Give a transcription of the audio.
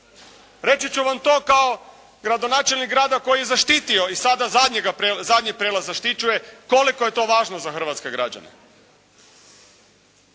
Reći ću vam to kao gradonačelnik grada koji je zaštitio i sada zadnjega, zadnji prijelaz zaštićuje koliko je to važno za hrvatske građane.